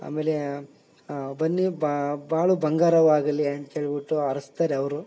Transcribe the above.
ಆಮೇಲೆ ಬನ್ನಿ ಬಾಳು ಬಂಗಾರವಾಗಲಿ ಅಂತ ಹೇಳ್ಬಿಟ್ಟು ಹರ್ಸ್ತಾರೆ ಅವರು